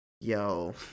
Yo